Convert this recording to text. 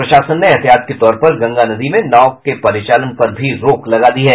प्रशासन ने एहतियात के तौर पर गंगा नदी में नाव परिचालन पर भी रोक लगा दी है